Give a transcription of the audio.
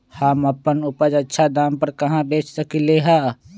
हम अपन उपज अच्छा दाम पर कहाँ बेच सकीले ह?